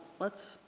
let's.